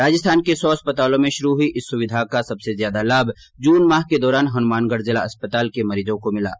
राजस्थान के सौ अस्पतालों में शुरू हई इस सुविधा का सबसे ज्यादा लाभ जून माह के दौरान हनुमानगढ़ जिला अस्पताल के मरीजों को मिला है